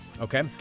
Okay